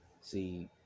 See